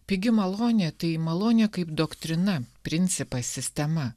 pigi malonė tai malonė kaip doktrina principas sistema